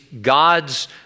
God's